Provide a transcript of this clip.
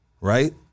right